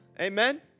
Amen